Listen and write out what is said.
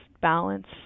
balance